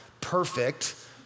perfect